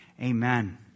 Amen